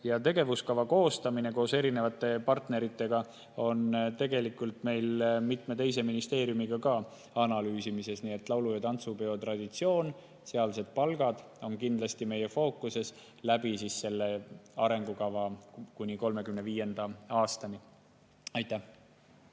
ja tegevuskava koostamine koos erinevate partneritega on tegelikult meil mitme teise ministeeriumiga analüüsimisel. Laulu- ja tantsupeo traditsioon, sealsed palgad on kindlasti meie fookuses selle arengukava kaudu kuni 2035. aastani. Leo